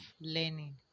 learning